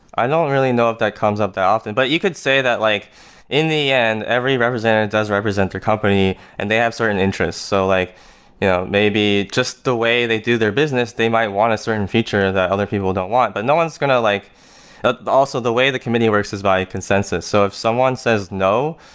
i don't really know if that comes up that often, but you could say that like in the end, every representative does represent their company and they have certain interests. so like you know maybe just the way they do their business, they might want a certain feature that other people don't want. but no one's going to like but also the way the committee works is by consensus, so if someone says no,